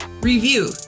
review